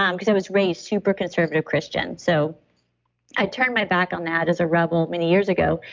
um because i was raised super conservative christian. so i turned my back on that as a rebel many years ago.